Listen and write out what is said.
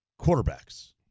quarterbacks